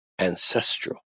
ancestral